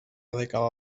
dècada